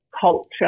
culture